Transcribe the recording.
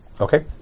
Okay